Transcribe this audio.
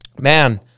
man